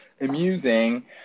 amusing